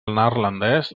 neerlandès